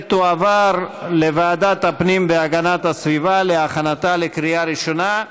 ותועבר לוועדת הפנים והגנת הסביבה להכנתה לקריאה ראשונה,